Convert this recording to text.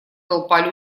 толпа